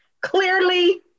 clearly